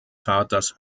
vaters